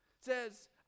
says